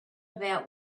about